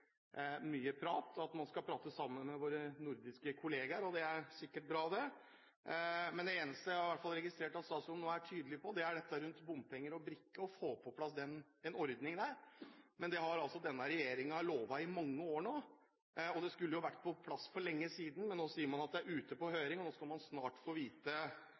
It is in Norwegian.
mye prat. Man skal prate med våre nordiske kolleger, og det er sikkert bra. Det eneste jeg registrerte at statsråden i hvert fall nå er tydelig på, er dette rundt bompenger og brikke og å få på plass den ordningen. Men det har denne regjeringen lovet i mange år nå, og det skulle vært på plass for lenge siden. Nå sier man at det er ute på høring, og man skal snart få vite